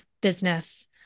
business